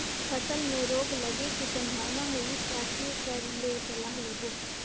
फसल मे रोग लगे के संभावना होही ता के कर ले सलाह लेबो?